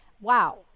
wow